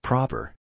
Proper